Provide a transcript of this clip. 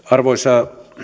arvoisa